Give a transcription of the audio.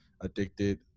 addicted